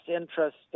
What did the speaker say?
interest